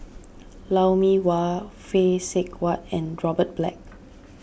Lou Mee Wah Phay Seng Whatt and Robert Black